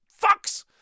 fucks